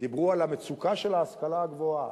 דיברו על המצוקה של ההשכלה הגבוהה,